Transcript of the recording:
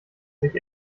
sich